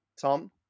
Tom